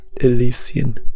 Elysian